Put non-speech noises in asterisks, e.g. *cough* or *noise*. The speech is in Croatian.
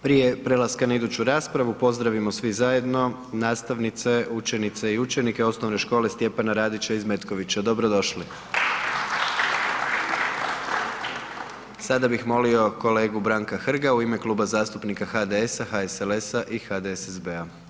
Prije prelaska na iduću raspravu pozdravimo svi zajedno nastavnice, učenice i učenike O.Š. Stjepan Radić iz Metkovića, dobro došli! *applause* Sada bih molio kolegu Branka Hrga u ime Kluba zastupnika HDS-a, HSLS-a i HDSSB-a.